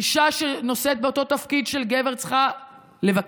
אישה שנושאת באותו תפקיד של גבר, היא צריכה לבקש.